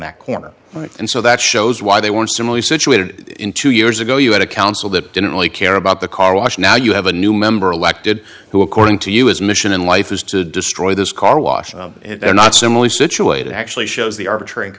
that corner and so that shows why they weren't similarly situated in two years ago you had a council that didn't really care about the car wash now you have a new member elected who according to you is mission in life is to destroy this car wash it or not similarly situated actually shows the arbitra